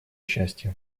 счастья